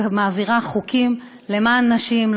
ומעבירה חוקים למען נשים,